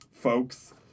folks